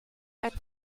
einen